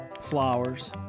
Flowers